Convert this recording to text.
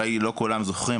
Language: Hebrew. אולי לא כולם זוכרים,